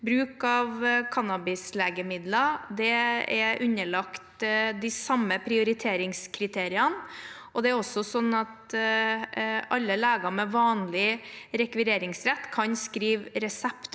Bruk av cannabislegemidler er underlagt de samme prioriteringskriteriene. Det er også sånn at alle leger med vanlig rekvireringsrett kan skrive resept